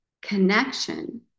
connection